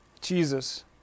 Jesus